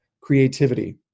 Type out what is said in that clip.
creativity